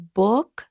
book